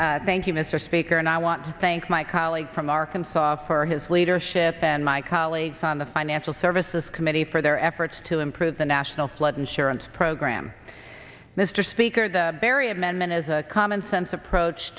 and thank you mr speaker and i want to thank my colleague from arkansas for his leadership and my colleagues on the financial services committee for their efforts to improve the national flood insurance program mr speaker the berri amendment as a commonsense approach